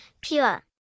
pure